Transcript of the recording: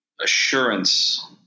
assurance